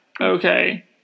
Okay